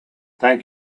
thank